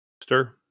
Stir